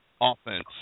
offense